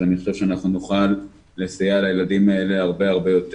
שאנחנו נוכל לסייע לילדים האלה הרבה יותר.